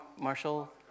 Marshall